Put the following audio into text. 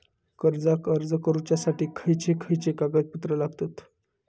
कर्जाक अर्ज करुच्यासाठी खयचे खयचे कागदपत्र लागतत